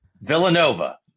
Villanova